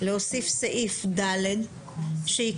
להוסיף סעיף ד שיקבע